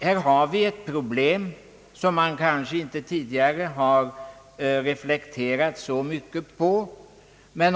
Här har vi ett problem som man kanske tidigare inte har reflekterat så mycket äver.